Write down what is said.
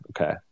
Okay